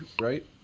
right